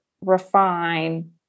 refine